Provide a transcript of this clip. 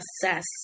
assess